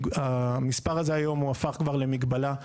הפך כבר למגבלה.